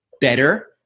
better